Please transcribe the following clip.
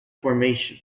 formation